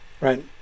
right